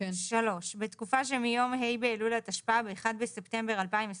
בתקופה שמיום ה' באלול התשפ"ב (1 בספטמבר 2022)